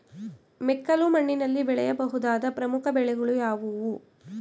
ಮೆಕ್ಕಲು ಮಣ್ಣಿನಲ್ಲಿ ಬೆಳೆಯ ಬಹುದಾದ ಪ್ರಮುಖ ಬೆಳೆಗಳು ಯಾವುವು?